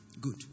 Good